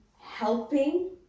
helping